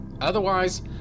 otherwise